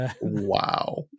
wow